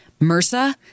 MRSA